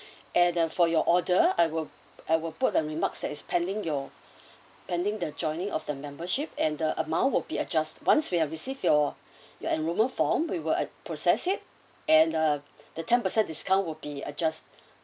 and ah for your order I will I will put a remarks that is pending your pending the joining of the membership and the amount will be adjust once we have received your your enrolment form we will uh process it and uh the ten percent discount will be adjust